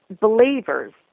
believers